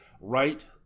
right